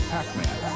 Pac-Man